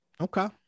Okay